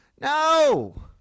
No